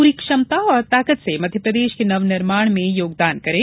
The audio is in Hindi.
पूरी क्षमता और ताकत से मध्यप्रदेश के नवनिर्माण में योगदान करें